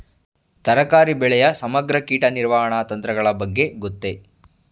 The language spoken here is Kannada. ತರಕಾರಿ ಬೆಳೆಯ ಸಮಗ್ರ ಕೀಟ ನಿರ್ವಹಣಾ ತಂತ್ರಗಳ ಬಗ್ಗೆ ಗೊತ್ತೇ?